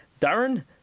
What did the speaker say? Darren